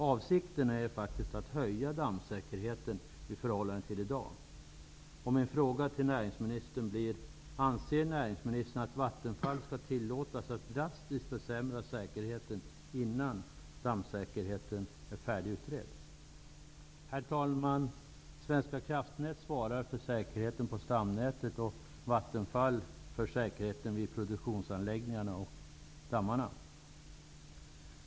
Avsikten är att höja dammsäkerheten i förhållande till vad som gäller i dag. Min fråga till näringsministern är: Anser näringsministern att Vattenfall skall tillåtas att drastiskt försämra säkerheten innan dammsäkerheten är färdigutredd? Herr talman! Svenska kraftnät svarar för säkerheten på stamnätet och Vattenfall för säkerheten vid produktionsanläggningarna och dammarna.